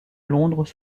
londres